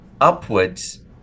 upwards